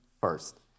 first